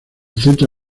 centro